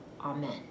Amen